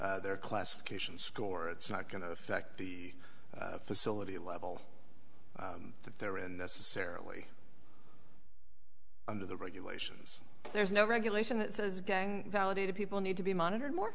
their classification score it's not going to affect the facility level that they're in necessarily under the regulations there's no regulation that says gang validated people need to be monitored more